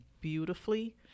beautifully